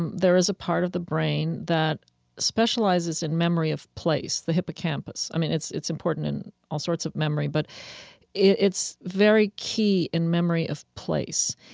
and there is a part of the brain that specializes in memory of place, the hippocampus. i mean, it's it's important in all sorts of memory, but it's very key in memory of place.